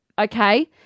Okay